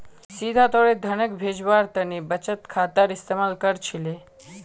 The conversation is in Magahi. सीधा तौरत धनक भेजवार तने बचत खातार इस्तेमाल कर छिले